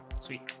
sweet